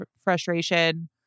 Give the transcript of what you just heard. frustration